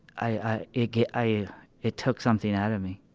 i, i, it i it took something out of me.